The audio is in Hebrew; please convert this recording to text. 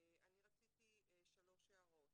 אני רציתי שלוש הערות.